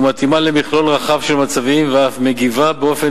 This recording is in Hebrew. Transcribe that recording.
ומתאימה למכלול רחב של מצבים ואף מגיבה באופן